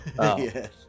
Yes